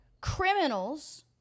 Criminals